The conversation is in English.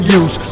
use